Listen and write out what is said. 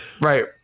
right